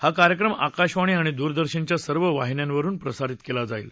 हा कार्यक्रम आकाशवाणी आणि दूरदर्शनच्या सर्व वाहिन्यांवरुन प्रसारित केला जाईल